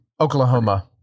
oklahoma